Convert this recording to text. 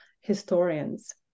historians